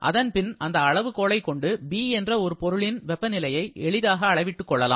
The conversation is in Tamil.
அதன்பின் அந்த அளவுகோலை கொண்டு B என்ற ஒரு பொருளின் வெப்பநிலையை எளிதாக அளவிட்டுக் கொள்ளலாம்